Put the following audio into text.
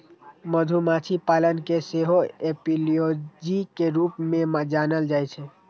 मधुमाछी पालन कें सेहो एपियोलॉजी के रूप मे जानल जाइ छै